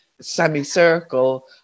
semicircle